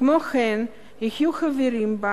כמו כן יהיו חברים בה